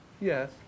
Yes